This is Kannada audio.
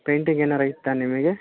ಪೇಂಟಿಂಗ್ ಏನಾರೂ ಇತ್ತಾ ನಿಮಗೆ